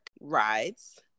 rides